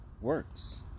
works